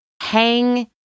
hang